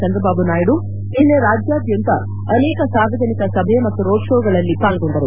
ಚಂದ್ರಬಾಬು ನಾಯ್ಡು ನಿನ್ನೆ ರಾಜ್ಯಾದ್ಯಂತ ನಿನ್ನೆ ಅನೇಕ ಸಾರ್ವಜನಿಕ ಸಭೆ ರೋಡ್ಷೋ ಗಳಲ್ಲಿ ಪಾಲ್ಗೊಂಡರು